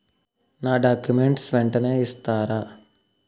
నా డాక్యుమెంట్స్ వెంటనే ఇస్తారా?